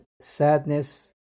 sadness